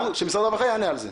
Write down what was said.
שמשרד הרווחה יענה על זה.